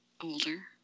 older